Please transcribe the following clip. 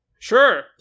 Sure